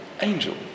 Angel